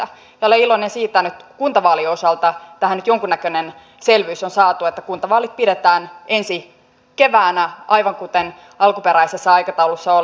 olen iloinen siitä että kuntavaalien osalta tähän nyt jonkunnäköinen selvyys on saatu että kuntavaalit pidetään ensi keväänä aivan kuten alkuperäisessä aikataulussa oli